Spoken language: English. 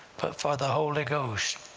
but for the holy ghost,